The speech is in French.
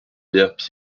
large